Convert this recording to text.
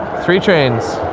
three trains.